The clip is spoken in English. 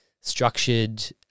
structured